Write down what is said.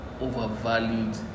overvalued